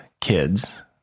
kids